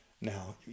Now